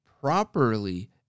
properly